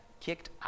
kicked